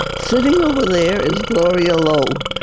sitting over there is gloria lowe,